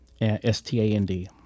S-T-A-N-D